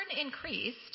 increased